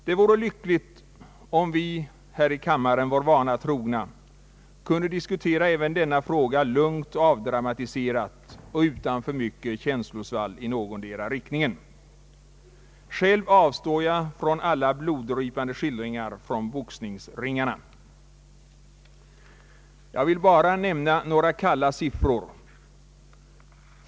Det vore lyckligt om vi här i kammaren vår vana trogna kunde diskutera även denna fråga lugnt och avdramatiserat och utan för mycket känslosvall i någondera riktningen. Själv avstår jag från alla bloddrypande skildringar från boxningsringarna. Jag vill bara nämna några kalla siffror.